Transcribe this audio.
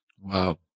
wow